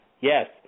Yes